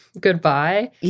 goodbye